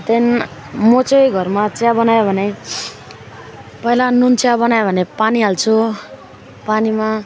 त्यहाँदेखि म चाहिँ घरमा चिया बनायो भने पहिला नुनचिया बनाएँ भने पानी हाल्छु पानीमा